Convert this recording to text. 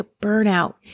burnout